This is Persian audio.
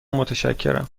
متشکرم